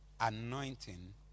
anointing